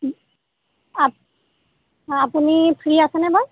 আপুনি ফ্ৰী আছেনে বাৰু